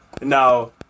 Now